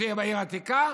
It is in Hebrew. שיהיה בעיר העתיקה,